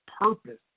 purpose